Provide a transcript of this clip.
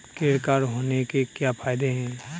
Credit card होने के क्या फायदे हैं?